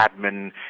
admin